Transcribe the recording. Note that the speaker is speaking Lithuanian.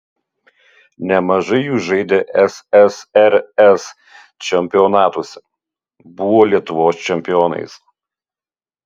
nemažai jų žaidė ssrs čempionatuose buvo lietuvos čempionais